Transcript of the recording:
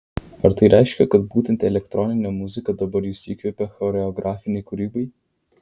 ar tai reiškia kad būtent elektroninė muzika dabar jus įkvepia choreografinei kūrybai